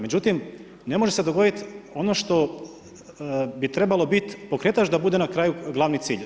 Međutim, ne može se dogoditi ono što bi trebalo biti pokretač da bude na kraju glavni cilj.